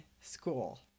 school